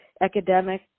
academic